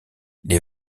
les